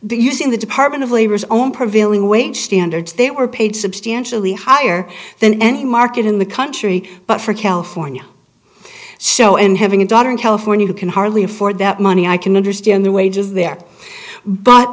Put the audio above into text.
using the department of labor's own prevailing wage standards they were paid substantially higher than any market in the country but for california so and having a daughter in california you can hardly afford that money i can understand the wages there but